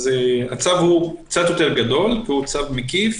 הצו הוא קצת יותר גדול והוא צו מקיף,